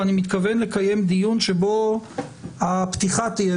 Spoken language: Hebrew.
ואני מתכוון לקיים דיון שבו הפתיחה תהיה